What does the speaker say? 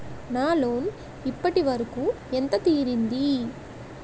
నా లోన్ ఇప్పటి వరకూ ఎంత తీరింది?